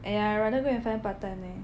aiya I rather go and find part time leh